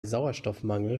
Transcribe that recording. sauerstoffmangel